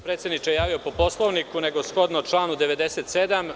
Predsedniče, nisam se javio po Poslovniku, nego shodno članu 97.